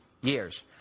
years